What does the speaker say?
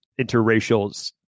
interracial